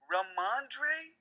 Ramondre